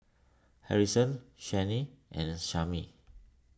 Harrison Shane and Samie